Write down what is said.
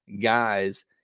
guys